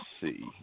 see